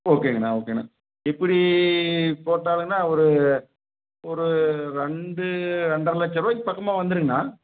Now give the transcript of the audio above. ஓகேங்கண்ணா ஓகேண்ணா எப்படி போட்டாலுங்கண்ணா ஒரு ஒரு ரெண்டு ரெண்டரை லட்சம் ரூபாய்க்கு பக்கமாக வந்துடுங்கண்ணா